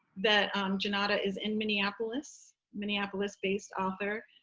that junauda is in minneapolis. minneapolis based author.